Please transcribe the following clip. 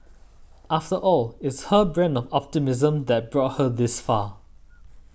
after all it's her brand of optimism that brought her this far